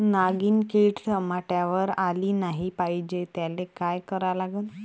नागिन किड टमाट्यावर आली नाही पाहिजे त्याले काय करा लागन?